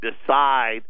decide